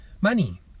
money